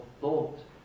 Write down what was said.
thought